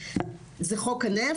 זה חוק הנפט.